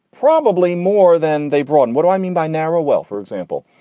probably more than they brought in. what do i mean by narrow? well, for example,